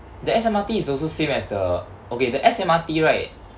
the S_M_R_T is also same as the okay the S_M_R_T right